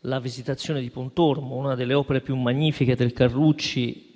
la Visitazione di Pontormo, una delle opere magnifiche del Carucci,